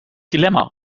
dilemma